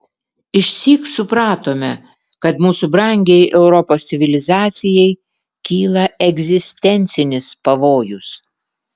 išsyk supratome kad mūsų brangiai europos civilizacijai kyla egzistencinis pavojus